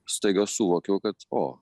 staiga suvokiau kad o